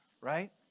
right